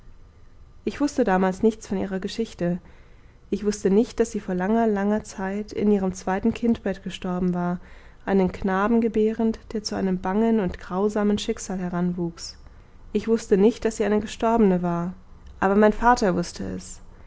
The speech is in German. ich wußte damals nichts von ihrer geschichte ich wußte nicht daß sie vor langer langer zeit in ihrem zweiten kindbett gestorben war einen knaben gebährend der zu einem bangen und grausamen schicksal heranwuchs ich wußte nicht daß sie eine gestorbene war aber mein vater wußte es